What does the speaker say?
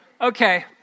Okay